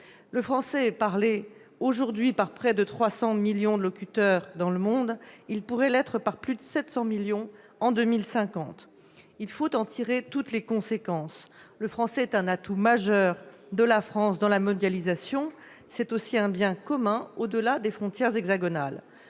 Le français est parlé aujourd'hui par près de 300 millions de locuteurs dans le monde ; il pourrait l'être par plus de 700 millions en 2050. Il faut en tirer toutes les conséquences. Le français est un atout majeur de la France dans la mondialisation. C'est aussi un bien commun, au-delà des frontières hexagonales.